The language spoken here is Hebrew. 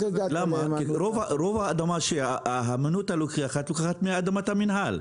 רוב האדמה שהימנותא לוקחת היא אדמת המינהל.